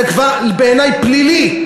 זה בכלל בעיני פלילי,